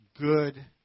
good